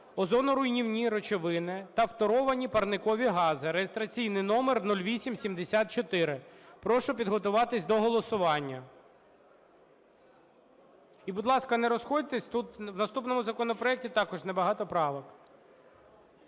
озоноруйнівні речовини та фторовані парникові гази (реєстраційний номер 0874). Прошу підготуватися до голосування. І, будь ласка, не розходьтеся, тут у наступному законопроекті також небагато правок.